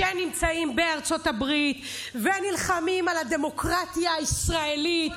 שנמצאים בארצות הברית ונלחמים על הדמוקרטיה הישראלית.